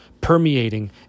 permeating